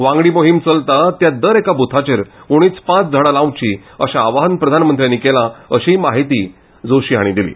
वांगडी मोहिम चलता त्या दर एका बुथाचेर उणिच पाच झाडा लावची अशें आवाहन प्रधानमंज्यांनी केला अशी म्हायती जोशी हांणी दिली